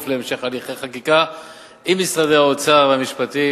להמשך הליכי חקיקה בתיאום עם משרדי האוצר והמשפטים.